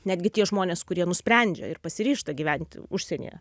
netgi tie žmonės kurie nusprendžia ir pasiryžta gyventi užsienyje